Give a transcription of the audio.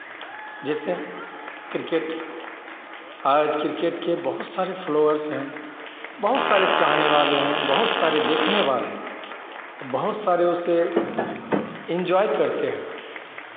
जैसे क्रिकेट आज क्रिकेट के बहुत सारे फ़ॉलोअर्स हैं बहुत सारे चाहने वाले हैं बहुत सारे देखने वाले हैं बहुत सारे उसे इन्जॉय करते हैं